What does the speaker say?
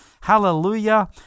Hallelujah